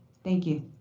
thank you.